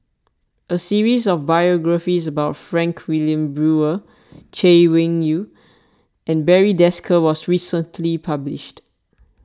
a series of biographies about Frank Wilmin Brewer Chay Weng Yew and Barry Desker was recently published